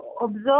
observe